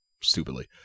stupidly